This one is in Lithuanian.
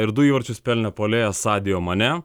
ir du įvarčius pelnė puolėjas sadijo manė